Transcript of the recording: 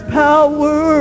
power